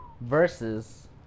Versus